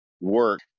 work